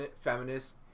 Feminist